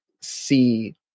see